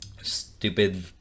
stupid